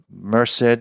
merced